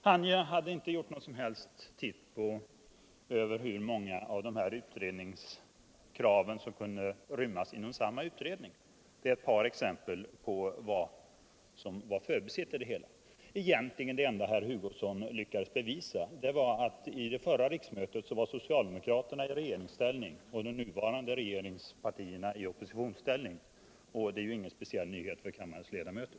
Han hade inte heller gjort några som helst försök att undersöka hur många av dessa utredningskrav som kunde rymmas inom samma utredning. Detta är ett par exempel på vad som har förbisetts. Det egentligen enda som herr Hugosson lyckades bevisa var att under förra riksmötet satt socialdemokratin i regeringsställning och de nuvarande regeringspartierna i oppositionsställning, och det är ju inte någon speciell nyhet för kammarens ledamöter.